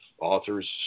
authors